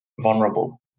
vulnerable